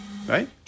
Right